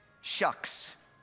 Shucks